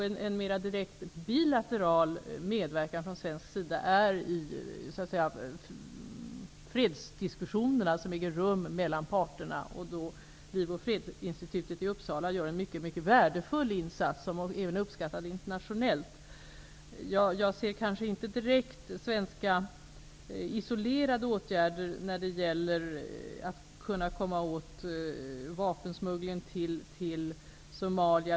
En mer direkt bilateral medverkan från svensk sida sker i de fredsdiskussioner som äger rum mellan parterna. Liv och fredsinstitutet i Uppsala gör en mycket värdefull insats, som även uppskattas internationellt. Jag ser kanske inte direkt svenska isolerade åtgärder som ett sätt att komma åt vapensmuggling till Somalia.